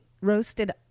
Roasted